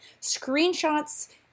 Screenshots